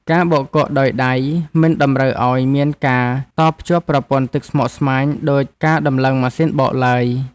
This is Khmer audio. ការបោកដោយដៃមិនតម្រូវឱ្យមានការតភ្ជាប់ប្រព័ន្ធទឹកស្មុគស្មាញដូចការដំឡើងម៉ាស៊ីនបោកឡើយ។